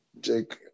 Jake